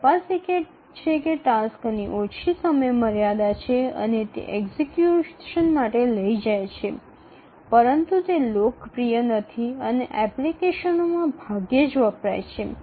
તે તપાસે છે કે જે ટાસક્સની ઓછી સમયમર્યાદા છે અને તે એક્ઝિકયુશન માટે લઈ જાય છે પરંતુ તે લોકપ્રિય નથી અને એપ્લિકેશનોમાં ભાગ્યે જ વપરાય છે